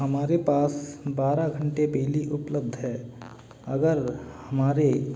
हमारे पास बारह घंटे बिजली उपलब्ध है अगर हमारे